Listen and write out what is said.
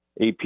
AP